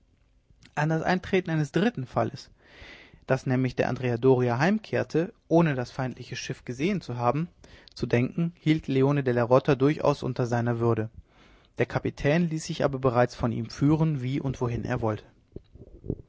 an das eintreten eines dritten falles daß nämlich der andrea doria heimkehrte ohne das feindliche schiff gesehen zu haben zu denken hielt leone della rota durchaus unter seiner würde der kapitän ließ sich aber bereits von ihm führen wie und wohin er wollte